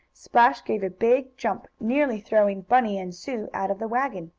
splash gave a big jump, nearly throwing bunny and sue out of the wagon.